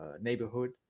neighborhood